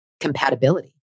Compatibility